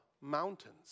mountains